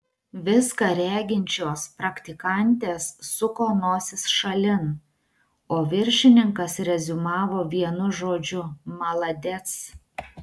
viską reginčios praktikantės suko nosis šalin o viršininkas reziumavo vienu žodžiu maladec